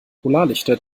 polarlichter